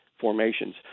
formations